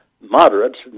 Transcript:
moderates